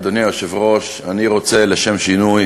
אדוני היושב-ראש, אני רוצה לשם שינוי